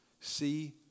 See